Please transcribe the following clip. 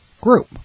group